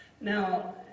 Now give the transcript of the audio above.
Now